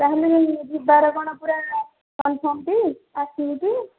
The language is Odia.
ତା'ହାଲେ ଯିବାର କ'ଣ ପୁରା କନ୍ଫର୍ମ୍ଟି ଆସିବୁଟି